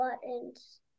buttons